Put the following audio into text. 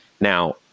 Now